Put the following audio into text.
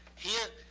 here,